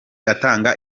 atanga